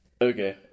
Okay